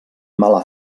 mala